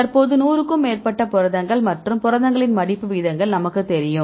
தற்போது 100 க்கும் மேற்பட்ட புரதங்கள் மற்றும் புரதங்களின் மடிப்பு விகிதங்கள் நமக்கு தெரியும்